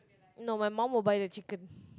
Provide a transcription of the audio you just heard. no my mum will buy the chicken